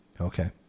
okay